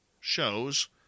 shows